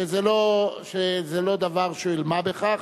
שזה לא דבר של מה בכך.